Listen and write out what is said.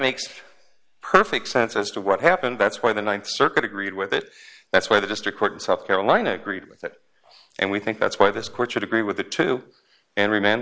makes perfect sense as to what happened that's why the th circuit agreed with it that's why the district court in south carolina agreed with that and we think that's why this court should agree with the two and remand